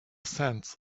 sands